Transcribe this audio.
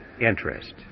interest